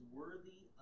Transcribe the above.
worthy